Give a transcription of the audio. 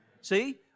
See